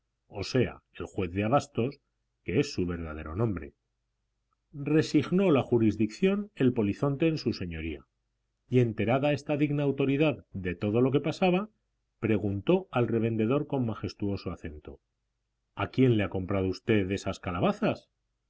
o sea el juez de abastos que es su verdadero nombre resignó la jurisdicción el polizonte en su señoría y enterada esta digna autoridad de todo lo que pasaba preguntó al revendedor con majestuoso acento a quién le ha comprado usted esas calabazas